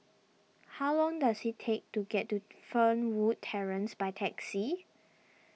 how long does it take to get to Fernwood Terrace by taxi